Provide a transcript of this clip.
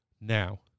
Now